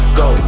go